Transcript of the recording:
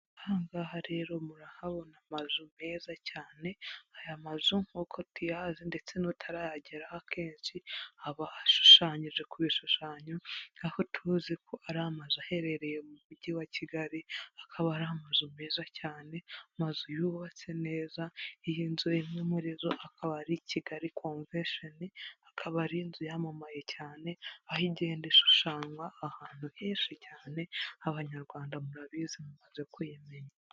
hangaha rero murahabona amazu meza cyane aya mazu nk'uko tuyazi ndetse n'utarayageraho akenshi aba ashushanyije ku bishushanyo aho tuzi ko ari amazu aherereye mu mujyi wa kigali akaba ari amazu meza cyane amazu yubatse neza iy'inzu imwe muri zo akabari kigali convention akaba ari inzu yamamaye cyane aho igenda ishushanywa ahantu henshi cyane abanyarwanda murabizi mumaze kuyimenya